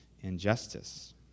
injustice